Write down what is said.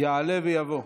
יעלה ויבוא.